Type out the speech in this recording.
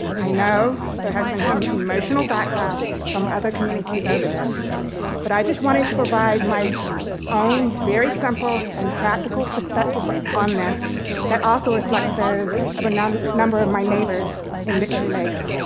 i know there have been some emotional backlash from other communities over this but i just wanted to provide my own very simple and practical perspective on this that also reflect those of a number number of my neighbors in victory lakes.